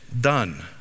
done